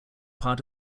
part